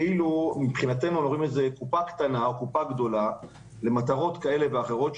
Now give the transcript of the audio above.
היא קופה קטנה או קופה גדולה למטרות כאלו ואחרות.